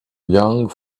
young